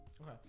Okay